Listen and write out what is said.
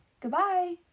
Goodbye